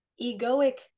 egoic